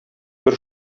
бер